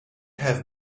have